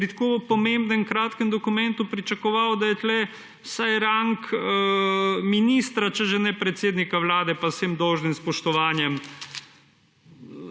pri tako pomembnem kratkem dokumentu pričakoval, da je tu vsaj rang ministra, če že ne predsednika Vlade, pa, z vsem dolžnim spoštovanjem,